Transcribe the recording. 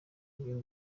y’u